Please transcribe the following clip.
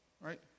right